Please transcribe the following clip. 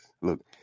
Look